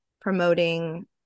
promoting